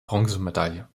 bronzemedaille